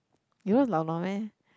you knows lao-nua meh